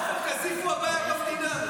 כסיף הוא הבעיה של המדינה?